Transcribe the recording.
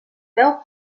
deu